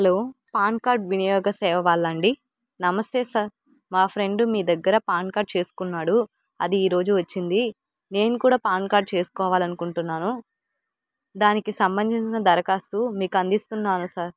hello PAN card వినియోగ సేవా వెళ్ళండి నమస్తే సార్ మా ఫ్రెండు మీ దగ్గర పాన్ కార్డ్ చేసుకున్నాడు అది ఈరోజు వచ్చింది నేను కూడా పాన్ కార్డ్ చేసుకోవాలనుకుంటున్నాను దానికి సంబంధించిన దరఖాస్తు మీకు అందిస్తున్నాను సార్